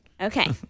Okay